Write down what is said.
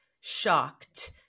shocked